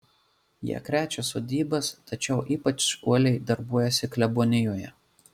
jie krečia sodybas tačiau ypač uoliai darbuojasi klebonijoje